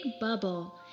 bubble